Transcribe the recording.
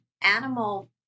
animal